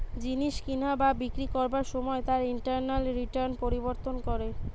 জিনিস কিনা বা বিক্রি করবার সময় তার ইন্টারনাল রিটার্ন পরিবর্তন করে